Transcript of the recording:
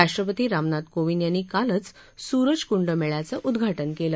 राष्ट्रपती रामनाथ कोविंद यांनी कालच सुरजकुंड मेळ्याचं उद्घाटन केलं